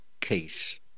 case